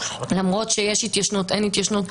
למרות שיש התיישנות או אין התיישנות,